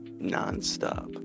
non-stop